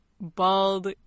Bald